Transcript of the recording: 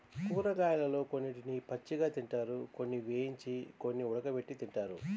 కూరగాయలలో కొన్నిటిని పచ్చిగా తింటారు, కొన్ని వేయించి, కొన్ని ఉడకబెట్టి తింటారు